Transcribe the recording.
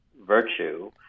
virtue